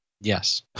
Yes